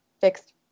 fixed